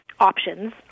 options